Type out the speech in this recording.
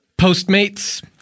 Postmates